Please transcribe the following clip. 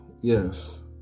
Yes